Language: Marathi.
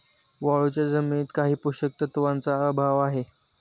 वाळूच्या जमिनीत काही पोषक तत्वांचा अभाव आहे